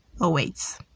awaits